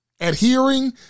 adhering